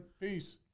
peace